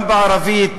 גם בערבית,